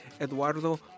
Eduardo